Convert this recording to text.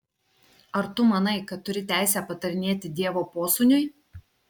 ar tu manai kad turi teisę patarinėti dievo posūniui